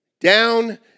Down